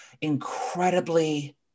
incredibly